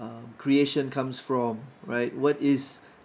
uh creation comes from right what is